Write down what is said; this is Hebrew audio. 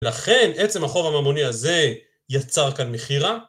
לכן עצם החוב הממוני הזה, יצר כאן מכירה.